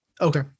Okay